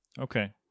okay